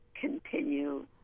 continue